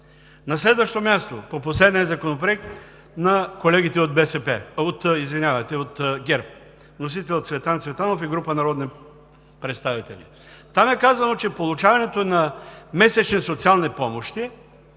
На следващо място, по последния законопроект – на колегите от ГЕРБ, с вносители Цветан Цветанов и група народни представители. Там е казано, че получаването на месечни социални помощи